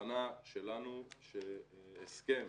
ההבנה שלנו שהסכם